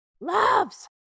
Loves